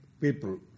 people